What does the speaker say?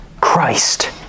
Christ